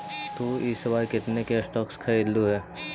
तु इस बार कितने के स्टॉक्स खरीदलु हे